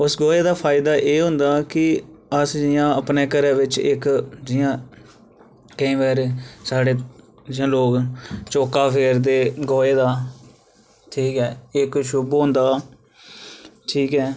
उस गोहे दा फायदा एह् होंदा कि अस जि'यां अपने घरे बिच इक जि'यां केंई बारी साढ़े जि'यां लोक ना चौका फेरदे गोहे दा ठीक ऐ इक शुभ होंदा ठीक ऐ